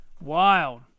wild